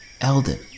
Elden